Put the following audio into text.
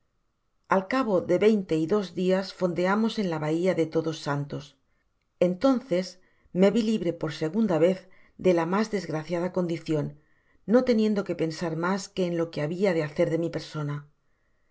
al cabo de veinte y dos dias fondeamos en la bahía de todos santos entonces me vi libro segunda vez de la mas desgraciada condicion no teniendo que pensar mas que en lo que habia de hacer de mi persona